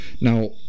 now